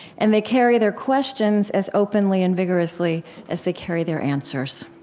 and they carry their questions as openly and vigorously as they carry their answers